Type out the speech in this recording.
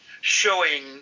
showing